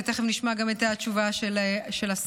ותכף נשמע גם את התשובה של השר.